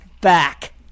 back